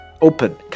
Open